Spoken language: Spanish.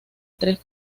tres